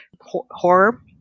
horror